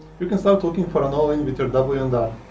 you can start looking for an all in with your w and r.